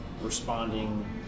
responding